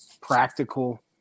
practical